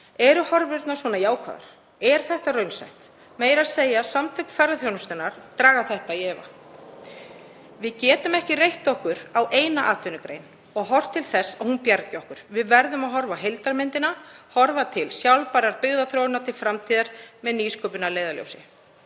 Eru horfurnar svona jákvæðar? Er þetta raunsætt? Meira að segja Samtök ferðaþjónustunnar draga þetta í efa. Við getum ekki reitt okkur á eina atvinnugrein og horft til þess að hún bjargi okkur. Við verðum að horfa á heildarmyndina, horfa til sjálfbærrar byggðaþróunar til framtíðar með nýsköpun að leiðarljósi.